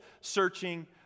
searching